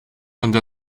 under